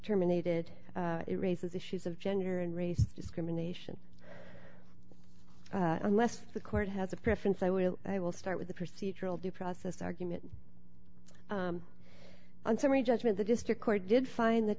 terminated it raises issues of gender and race discrimination unless the court has a preference i will i will start with the procedural due process argument on summary judgment the district court did find that